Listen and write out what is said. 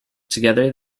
together